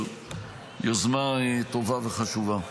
על יוזמה טובה וחשובה.